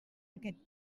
aquest